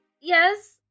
Yes